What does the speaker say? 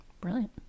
Brilliant